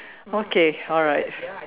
okay alright